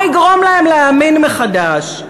מה יגרום להם להאמין מחדש,